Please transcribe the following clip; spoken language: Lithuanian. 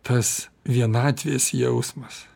tas vienatvės jausmas